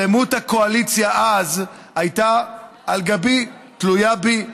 שלמות הקואליציה אז הייתה על גבי, תלויה בי.